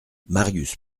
marius